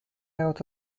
out